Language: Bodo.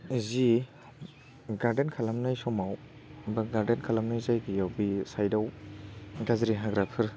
जि गार्देन खालामनाय समाव बा गार्देन खालामनाय जायगायाव बे साइटआव गाज्रि हाग्राफोर